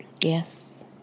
Yes